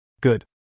Good